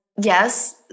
yes